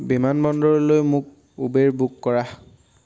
বিমাবন্দৰলৈ মোক Uber book কৰা